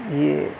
یہ